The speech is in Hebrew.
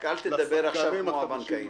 רק אל תדבר עכשיו כמו הבנקאים.